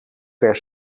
per